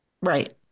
Right